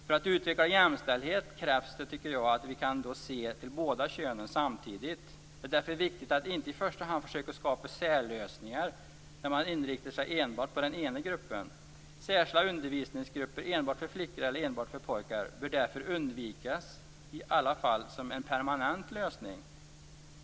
För att utveckla jämställdhet tycker jag att det krävs att vi kan se till båda könen samtidigt. Det är därför viktigt att inte i första hand försöka skapa särlösningar där man enbart inriktar sig på den ena gruppen. Särskilda undervisningsgrupper enbart för flickor eller enbart för pojkar bör därför undvikas, i alla fall som en permanent lösning.